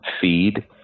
feed